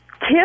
Two